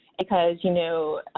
because, you know,